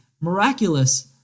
miraculous